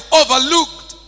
overlooked